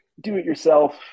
do-it-yourself